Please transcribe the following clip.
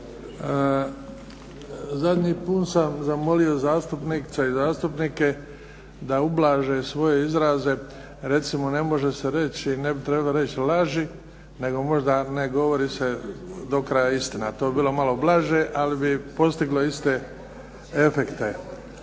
Zadnji put sam zamolio zastupnice i zastupnike da ublaže svoje izraze. Recimo ne može se reći, ne bi trebali reći laži nego možda ne govori se do kraja istina. To bi bilo malo blaže, ali bi postiglo iste efekte.